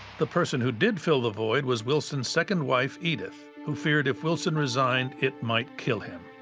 the person who did fill the void was wilson's second wife edith, who feared if wilson resigned, it might kill him.